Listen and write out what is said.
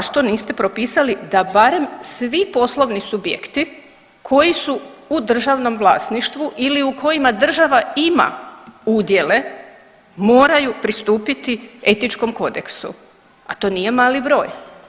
Zašto niste propisali da barem svi poslovni subjekti koji su u državnom vlasništvu ili u kojima država ima udjele moraju pristupiti Etičkom kodeksu, a to nije mali broj.